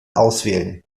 auswählen